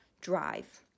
Drive